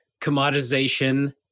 commodization